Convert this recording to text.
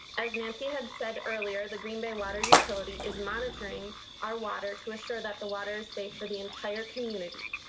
as nancy had said earlier, the green bay water utility is monitoring our water to assure that the water is safe for the entire community.